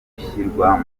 gushyirwa